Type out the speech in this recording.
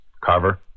Carver